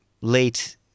late